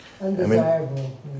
undesirable